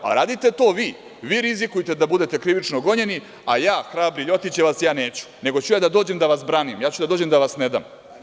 Radite to vi, vi rizikujte da budete krivično gonjeni, a ja hrabri ljotićevac, ja neću, nego ću ja da dođem da vas branim, ja ću da dođem da vas ne dam.